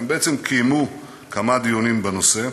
הם בעצם קיימו כמה דיונים בנושא,